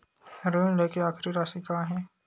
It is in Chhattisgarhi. ऋण लेके आखिरी राशि का हे?